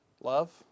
love